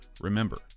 Remember